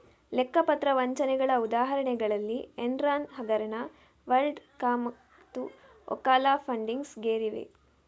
ಲೆಕ್ಕ ಪತ್ರ ವಂಚನೆಗಳ ಉದಾಹರಣೆಗಳಲ್ಲಿ ಎನ್ರಾನ್ ಹಗರಣ, ವರ್ಲ್ಡ್ ಕಾಮ್ಮತ್ತು ಓಕಾಲಾ ಫಂಡಿಂಗ್ಸ್ ಗೇರಿವೆ